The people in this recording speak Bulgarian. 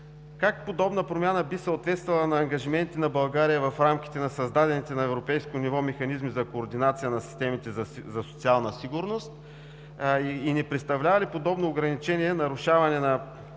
как подобна промяна би съответствала на ангажименти на България в рамките на създадените на европейско ниво механизми за координация на системите за социална сигурност? Представлява ли подобно ограничение нарушаване на